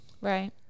Right